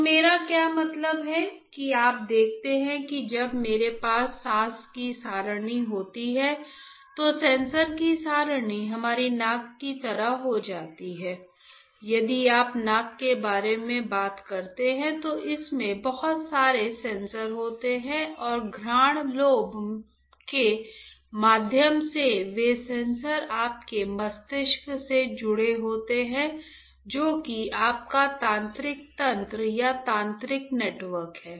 तो मेरा क्या मतलब है कि आप देखते हैं कि जब मेरे पास सेंसर की सारणी होती है तो सेंसर की सारणी हमारी नाक की तरह हो जाती है यदि आप नाक के बारे में बात करते हैं तो इसमें बहुत सारे सेंसर होते हैं और घ्राण लोब के माध्यम से वे सेंसर आपके मस्तिष्क से जुड़े होते हैं जो कि आपका तंत्रिका तंत्र या तंत्रिका नेटवर्क है